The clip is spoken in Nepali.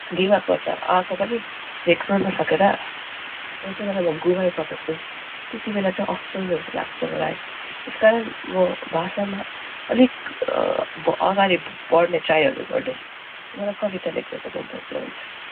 दिमागबाट आएको पनि लेख्नु नसकेर कोही कोही बेला म गुमाई पठाउँछु त्यति बेला चाहिँ अफसोसहरू लाग्छ मलाई यस कारण म भाषामा अलिक अगाडि पढ्ने ट्राइहरू गर्दैछु मलाई कविता लेख्नु चाहिँ मनबाट चाहिँ आउँछ